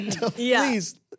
please